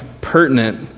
pertinent